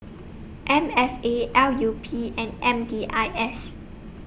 M F A L U P and M D I S